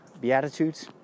Beatitudes